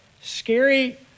scary